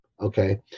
okay